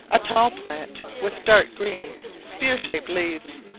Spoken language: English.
a tall plant, with dark green spear-shaped leaves,